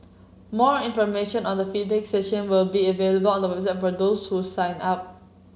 more information on the feedback session will be available on the website for those who sign up